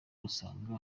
asanga